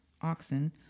oxen